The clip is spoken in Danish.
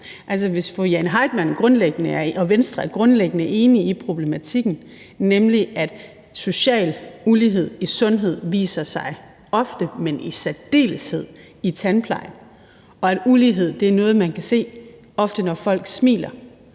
hvis fru Jane Heitmann og Venstre grundlæggende er enige i problematikken i, nemlig at social ulighed i sundhed ofte og i særdeleshed viser sig i tandpleje, og at ulighed er noget, man ofte kan se, når folk smiler,